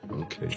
Okay